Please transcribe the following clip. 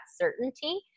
certainty